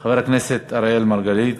חבר הכנסת אראל מרגלית,